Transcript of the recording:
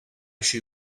she